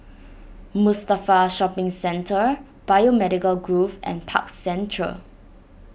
Mustafa Shopping Centre Biomedical Grove and Park Central